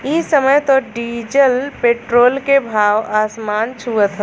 इ समय त डीजल पेट्रोल के भाव आसमान छुअत हौ